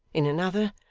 in another,